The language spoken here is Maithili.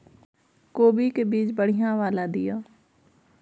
कोबी के बीज बढ़ीया वाला दिय?